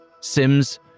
Sims